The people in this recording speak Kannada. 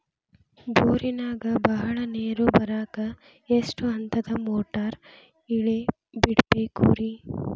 ಬೋರಿನಾಗ ಬಹಳ ನೇರು ಬರಾಕ ಎಷ್ಟು ಹಂತದ ಮೋಟಾರ್ ಇಳೆ ಬಿಡಬೇಕು ರಿ?